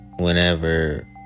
Whenever